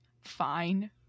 Fine